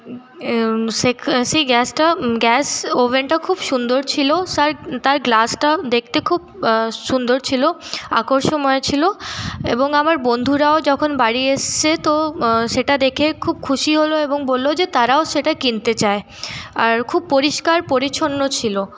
সেখান সেই গ্যাসটা গ্যাস ওভেনটা খুব সুন্দর ছিলো সার তার গ্লাসটাও দেখতে খুব সুন্দর ছিলো আকর্ষময় ছিলো এবং আমার বন্ধুরাও যখন বাড়ি এসছে তো সেটা দেখে খুব খুশি হল এবং বললো যে তারাও সেটা কিনতে চায় আর খুব পরিষ্কার পরিছন্ন ছিলো